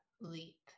leap